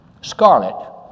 Scarlet